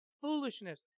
Foolishness